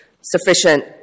sufficient